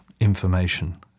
information